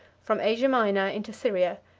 from asia minor into syria,